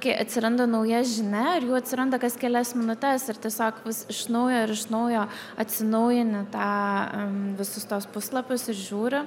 kai atsiranda nauja žinia ir jų atsiranda kas kelias minutes ir tiesiog iš naujo ir iš naujo atsinaujini tą visus tuos puslapius ir žiūri